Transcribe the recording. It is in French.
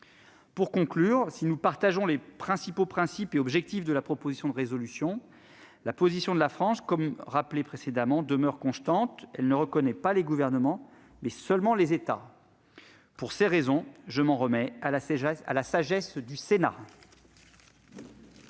à la junte. Si nous partageons la plupart des principes et objectifs de la proposition de résolution, la position de la France, je le répète, demeure constante : elle ne reconnaît pas les gouvernements, mais seulement les États. Pour ces raisons, je m'en remets à la sagesse du Sénat.